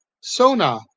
Sona